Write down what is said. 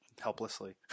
helplessly